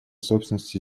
собственности